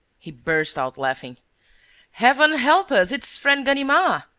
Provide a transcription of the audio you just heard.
he burst out laughing heaven help us, it's friend ganimard.